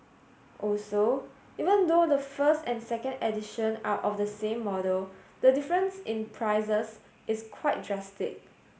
also even though the first and second edition are of the same model the difference in prices is quite drastic